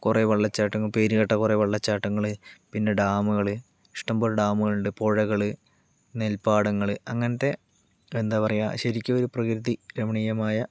കുറേ വെള്ളച്ചാട്ടങ്ങളും പേര് കേട്ട കുറേ വെള്ളച്ചാട്ടങ്ങളും പിന്നെ ഡാമുകള് ഇഷ്ട്ടം പോലെ ഡാമുകളുണ്ട് പുഴകള് നെൽപ്പാടങ്ങള് അങ്ങനത്തെ എന്താ പറയുക ശരിക്കും ഒരു പ്രകൃതി രമണീയമായ